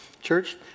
Church